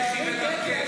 לכי בדרכך.